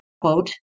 quote